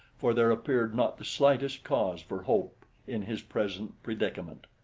for there appeared not the slightest cause for hope in his present predicament.